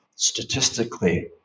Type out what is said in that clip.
Statistically